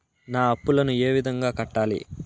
నా అప్పులను ఏ విధంగా కట్టాలి?